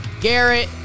Garrett